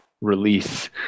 release